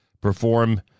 perform